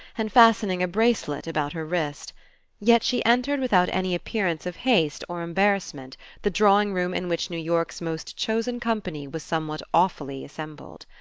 and fastening a bracelet about her wrist yet she entered without any appearance of haste or embarrassment the drawing-room in which new york's most chosen company was somewhat awfully assembled.